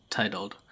titled